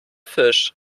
fisch